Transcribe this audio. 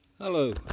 Hello